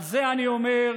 על זה אני אומר: